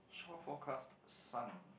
shore forecast sun